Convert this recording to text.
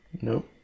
no